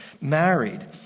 married